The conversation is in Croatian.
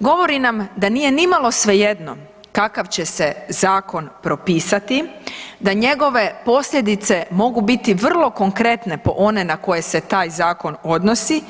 Govori nam da nije nimalo svejedno kakav će se zakon propisati, da njegove posljedice mogu biti vrlo konkretne po one na koje se taj zakon odnosi